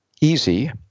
easy